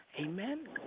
Amen